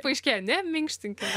paaiškėjo neminkštinkime